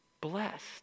blessed